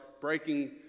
breaking